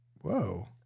Whoa